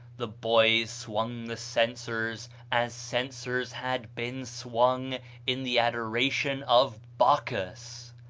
the boys swung the censors as censors had been swung in the adoration of bacchus.